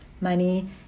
money